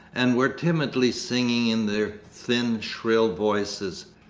and were timidly singing in their thin shrill voices.